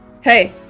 Hey